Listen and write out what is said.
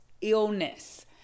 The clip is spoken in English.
illness